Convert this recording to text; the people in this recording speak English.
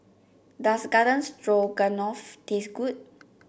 does Garden Stroganoff taste good